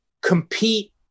compete